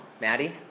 Maddie